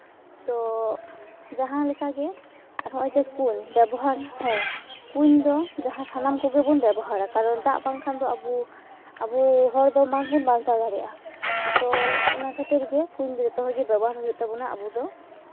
ᱛᱳ ᱡᱟᱦᱟᱸ ᱞᱮᱠᱟᱜᱮ ᱟᱨ ᱱᱚᱜᱼᱚᱭ ᱡᱮ ᱠᱩᱧ ᱵᱮᱵᱚᱦᱟᱨ ᱦᱮᱸ ᱠᱩᱧ ᱫᱚ ᱡᱟᱦᱟᱸ ᱥᱟᱱᱟᱢ ᱠᱚᱜᱮ ᱵᱚᱱ ᱵᱮᱵᱚᱦᱟᱨᱟ ᱠᱟᱨᱚᱱ ᱫᱟᱜ ᱵᱟᱝᱠᱷᱟᱱ ᱫᱚ ᱟᱵᱚ ᱟᱵᱚ ᱦᱚᱲ ᱫᱚ ᱵᱟᱝᱵᱚᱱ ᱵᱟᱧᱪᱟᱣ ᱫᱟᱲᱮᱭᱟᱜᱼᱟ ᱛᱳ ᱚᱱᱟ ᱠᱷᱟᱹᱛᱤᱨ ᱜᱮ ᱠᱩᱧ ᱫᱚ ᱡᱚᱛᱚ ᱦᱚᱲ ᱜᱮ ᱵᱮᱵᱚᱦᱟᱨ ᱦᱩᱭᱩᱜ ᱛᱟᱵᱚᱱᱟ ᱟᱵᱚ ᱫᱚ